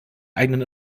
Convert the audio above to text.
eigenen